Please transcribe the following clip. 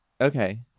Okay